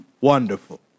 Wonderful